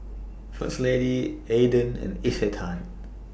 First Lady Aden and Isetan